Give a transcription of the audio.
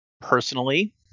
Personally